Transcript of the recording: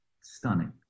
stunning